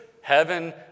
heaven